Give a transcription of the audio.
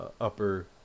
upper